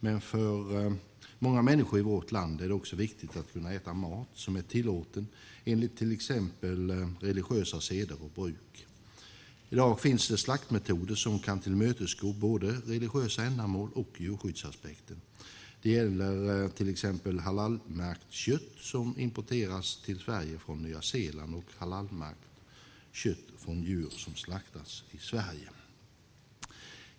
Men för många människor i vårt land är det också viktigt att kunna äta mat som är tillåten enligt till exempel religiösa seder och bruk. I dag finns det slaktmetoder som kan tillmötesgå både religiösa önskemål och djurskyddsaspekten. Det gäller till exempel halalmärkt kött som importeras till Sverige från Nya Zeeland och halalmärkt kött från djur som slaktats i Sverige.